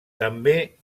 també